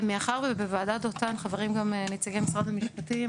מאחר שבוועדת דותן חברים גם נציגי משרד המשפטים,